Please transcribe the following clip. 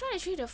hmm